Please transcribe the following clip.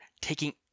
taking